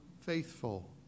faithful